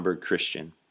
Christian